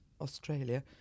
Australia